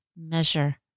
measure